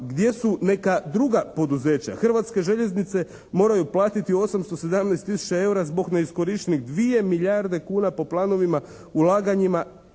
Gdje su neka druga poduzeća? Hrvatske željeznice moraju platiti 817 tisuća EUR-a zbog neiskorištenih dvije milijarde kuna po planovima, ulaganjima